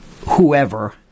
whoever